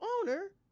owner